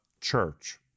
church